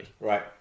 Right